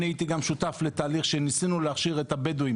אני הייתי גם שותף לתהליך שניסינו להכשיר את הבדואים